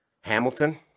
Hamilton